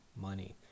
money